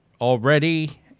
Already